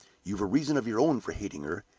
you've a reason of your own for hating her,